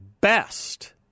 best—